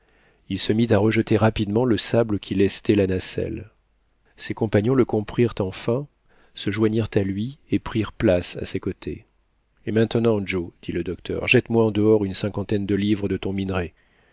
il se mit à rejeter rapidement le sable qui lestait la nacelle ses compagnons le comprirent enfin se joignirent à lui et prirent place à ses côtés et maintenant joe dit le docteur jette moi en dehors une cinquantaine de livres de ton minerai